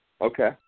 Okay